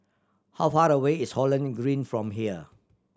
how far away is Holland Green from here